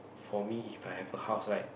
for me If I have a house right